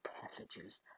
passages